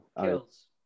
Kills